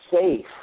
safe